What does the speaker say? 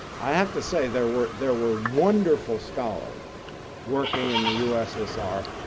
i have to say there were there were wonderful scholars working in the ussr,